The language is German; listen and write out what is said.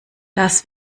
das